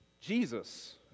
Jesus